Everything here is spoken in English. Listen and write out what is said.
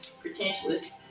pretentious